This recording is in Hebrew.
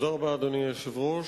אדוני היושב-ראש,